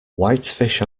whitefish